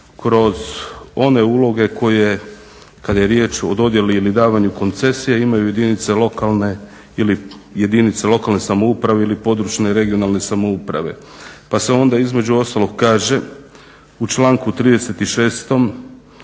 kroz one uloge koje kada je riječ o dodjeli i li davanju koncesije imaju jedinice lokalne ili jedinice lokalne samouprave ili područne regionalne samouprave pa se onda između ostalog kaže u članku 36.